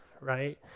right